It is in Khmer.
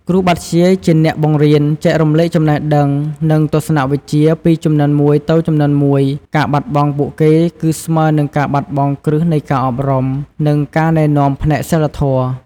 គ្រូបាធ្យាយ ជាអ្នកបង្រៀន ចែករំលែកចំណេះដឹង និងទស្សនវិជ្ជាពីជំនាន់មួយទៅជំនាន់មួយ ការបាត់បង់ពួកគេគឺស្មើនឹងការបាត់បង់គ្រឹះនៃការអប់រំ និងការណែនាំផ្នែកសីលធម៌។